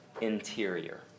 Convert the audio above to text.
interior